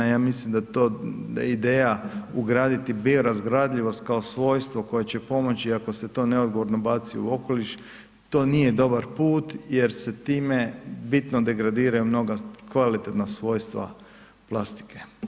Ja mislim da je to ideja ugraditi biorazgradivost kao svojstvo koje će pomoći i ako se to neodgovorno baci u okoliš to nije dobar put jer se time bitno degradiraju mnoga kvalitetna svojstva plastike.